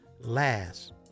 last